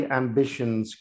ambitions